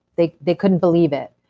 they they couldn't believe it,